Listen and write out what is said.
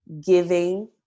giving